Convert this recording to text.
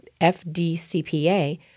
FDCPA